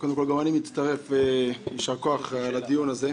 קודם כול, גם אני מצטרף, יישר כוח על הדיון הזה.